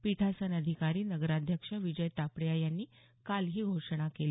पीठासन अधिकारी नगराध्यक्ष विजय तापडिया यांनी काल ही घोषणा केली